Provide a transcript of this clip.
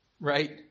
right